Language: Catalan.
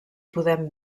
podem